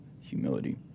humility